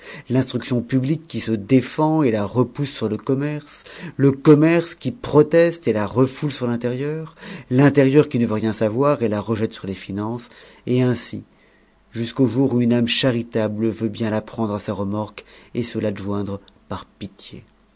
l'instruction publique qui se défend et la repousse sur le commerce le commerce qui proteste et la refoule sur l'intérieur l'intérieur qui ne veut rien savoir et la rejette sur les finances et ainsi jusqu'au jour où une âme charitable veut bien la prendre à sa remorque et se l'adjoindre par pitié